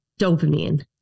dopamine